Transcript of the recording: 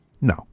No